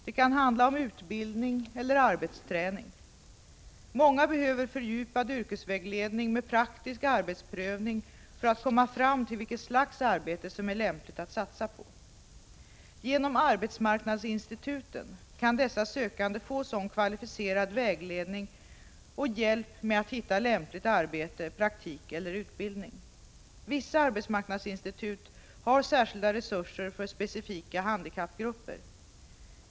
Det kan handla om utbildning eller arbetsträning. Många behöver fördjupad yrkesvägledning med praktisk arbetsprövning för att komma fram till vilket slags arbete som är lämpligt att satsa på. Genom arbetsmarknadsinstituten kan dessa sökande få sådan kvalificerad vägledning och hjälp med att hitta lämpligt arbete, praktik eller utbildning. Vissa arbetsmarknadsinstitut har särskilda resurser för specifika handikappgrupper.